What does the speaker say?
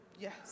Yes